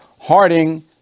Harding